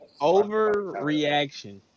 Overreaction